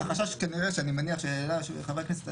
החשש שאני מניח שהעלה חבר הכנסת אשר,